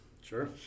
Sure